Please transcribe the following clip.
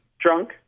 Drunk